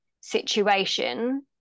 situation